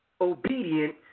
obedient